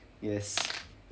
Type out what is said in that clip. yes